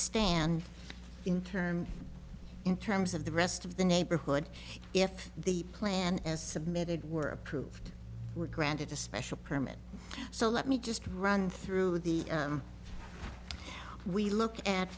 stand in term in terms of the rest of the neighborhood if the plan as submitted were approved were granted a special permit so let me just run through the we look at